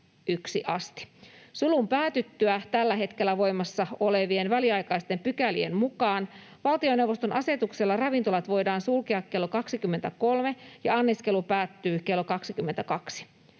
Sulun päätyttyä tällä hetkellä voimassa olevien väliaikaisten pykälien mukaan valtioneuvoston asetuksella ravintolat voidaan sulkea kello 23 ja anniskelu päättyy kello 22.